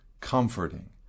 comforting